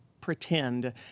pretend